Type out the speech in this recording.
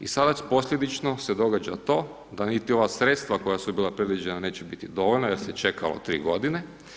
I sada posljedično se događa to da niti ova sredstva koja su bila predviđena neće biti dovoljna jer se čekalo 3 godine.